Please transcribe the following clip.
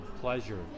pleasure